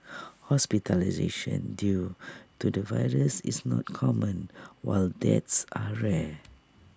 hospitalisation due to the virus is not common while deaths are rare